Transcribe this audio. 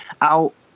out